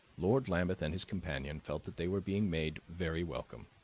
lord lambeth and his companion felt that they were being made very welcome.